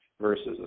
versus